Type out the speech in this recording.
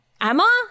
Emma